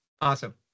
Awesome